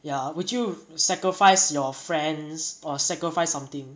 ya would you sacrifice your friends or sacrifice something